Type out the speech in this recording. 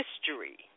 history